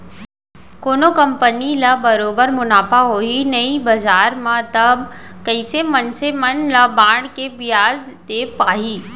कोनो कंपनी ल बरोबर मुनाफा होही नइ बजार म तब कइसे मनसे मन ल बांड के बियाज दे पाही